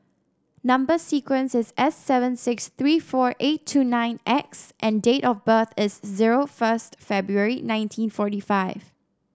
number sequence is S seven six three four eight two nine X and date of birth is zero first February nineteen forty five